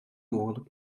mogelijk